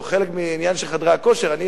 או חלק מהעניין של חדרי הכושר,